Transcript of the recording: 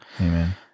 Amen